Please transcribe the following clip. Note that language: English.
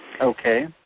Okay